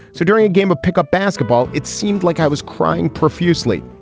so during a game of pickup basketball, it seemed like i was crying profusely.